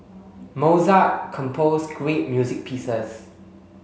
Mozart compose great music pieces